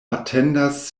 atendas